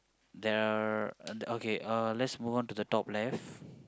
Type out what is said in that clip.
there are okay uh let's move on to the top left